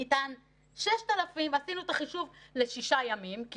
ניתן 6,000 ועשינו את החישוב לשישה ימים כי